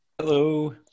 Hello